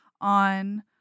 on